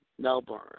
Melbourne